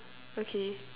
okay